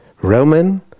Roman